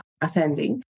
ascending